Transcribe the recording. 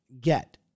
get